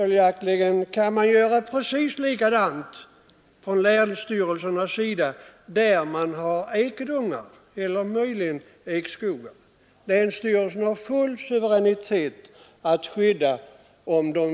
Länsstyrelserna kan göra precis likadant när det gäller att skydda ekskogar eller ekdungar — det har de full suveränitet att göra.